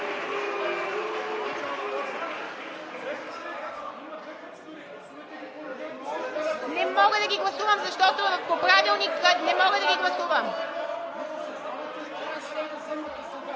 Не мога да ги гласувам, защото по Правилник не мога да ги гласувам!